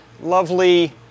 Lovely